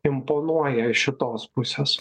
imponuoja iš šitos pusės